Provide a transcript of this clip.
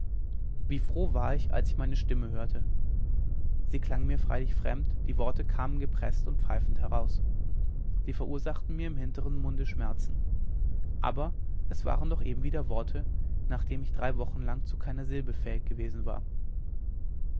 wie froh war ich als ich meine stimme hörte sie klang mir freilich fremd die worte kamen gepreßt und pfeifend heraus sie verursachten mir im hintern munde schmerzen aber es waren doch eben wieder worte nachdem ich drei wochen lang zu keiner silbe fähig gewesen war